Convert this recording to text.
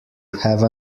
have